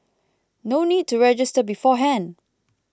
no need to register beforehand